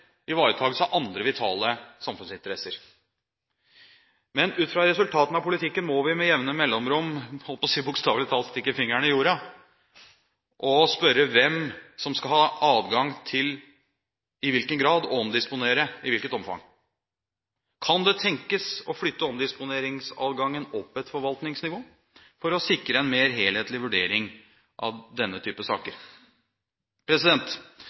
av andre vitale samfunnsinteresser. Men ut fra resultatene av politikken må vi med jevne mellomrom, jeg holdt på å si, bokstavelig talt stikke fingeren i jorda og spørre hvem som skal ha adgang til å omdisponere i hvilket omfang. Kan det tenkes å flytte omdisponeringsadgangen opp et forvaltningsnivå for å sikre en mer helhetlig vurdering av denne type saker?